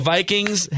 Vikings